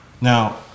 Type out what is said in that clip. Now